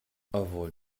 obwohl